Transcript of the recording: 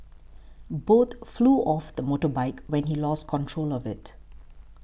both flew off the motorbike when he lost control of it